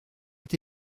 est